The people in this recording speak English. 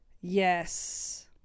yes